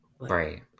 Right